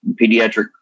pediatric